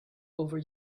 over